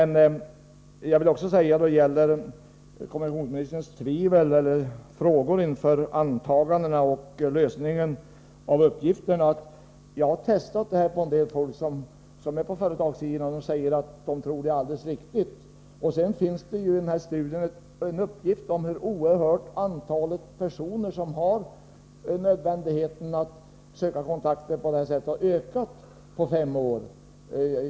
När det gäller kommunikationsministerns tvivel och frågor inför antagandena och resultatet av utredningen vill jag säga att jag har testat detta på en del människor på företagssidan, och de säger att de tror att uppgifterna är alldeles riktiga. Vidare finns det i studien en uppgift om hur oerhört antalet personer, för vilka det är nödvändigt att söka kontakter på det här sättet, har ökat på fem år.